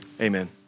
amen